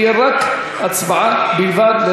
תהיה הצבעה בלבד,